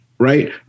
right